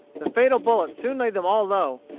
the fatal bullet soon laid them all low,